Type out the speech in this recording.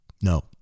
No